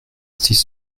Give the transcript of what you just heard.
six